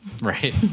Right